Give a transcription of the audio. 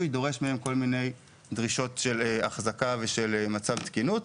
דורש כל מיני דרישות של אחזקה ומצב תקינות,